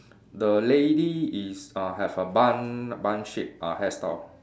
the lady is uh have a bun bun shape uh hairstyle